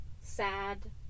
sad